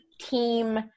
team